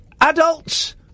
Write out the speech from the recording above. Adults